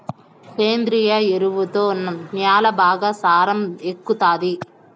సేంద్రియ ఎరువుతో న్యాల బాగా సారం ఎక్కుతాది